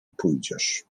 pójdziesz